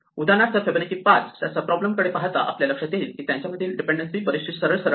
उदाहरणार्थ फिबोनाची 5 च्या sub problem कडे पाहता आपल्या लक्षात येईल की त्यांच्यामधील डिपेंडेन्सी बरीचशी सरळ सरळ आहे